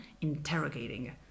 interrogating